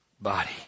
body